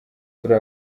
turi